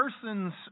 person's